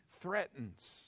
threatens